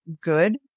good